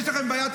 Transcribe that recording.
יש לכם בעיה?